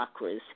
chakras